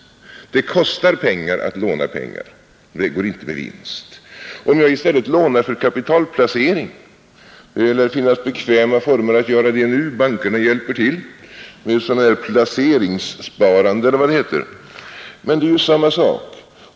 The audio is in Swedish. Det kostar pengar att låna pengar och det går inte med vinst. Om jag i stället lånar för kapitalplacering — det lär finnas bekväma former att göra det nu, bankerna hjälper till genom placeringssparande eller vad det heter — är det samma sak.